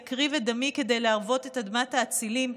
אקריב את דמי כדי להרוות את אדמת האצילים,